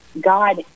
God